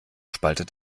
spaltet